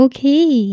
Okay